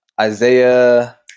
Isaiah